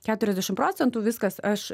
keturiasdešim procentų viskas aš